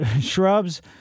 shrubs